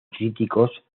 críticos